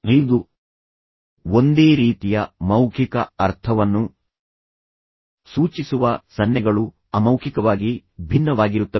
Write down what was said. ಐದು ಒಂದೇ ರೀತಿಯ ಮೌಖಿಕ ಅರ್ಥವನ್ನು ಸೂಚಿಸುವ ಸನ್ನೆಗಳು ಅಮೌಖಿಕವಾಗಿ ಭಿನ್ನವಾಗಿರುತ್ತವೆ